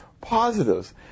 positives